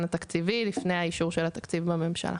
התקציבי לפני האישור של התקציב בממשלה.